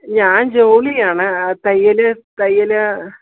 ഞാൻ ജോലിയാണ് ആ തയ്യൽ തയ്യൽ